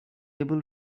able